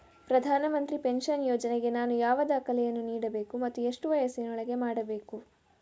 ಪ್ರಧಾನ ಮಂತ್ರಿ ಪೆನ್ಷನ್ ಯೋಜನೆಗೆ ನಾನು ಯಾವ ದಾಖಲೆಯನ್ನು ನೀಡಬೇಕು ಮತ್ತು ಎಷ್ಟು ವಯಸ್ಸಿನೊಳಗೆ ಮಾಡಬೇಕು?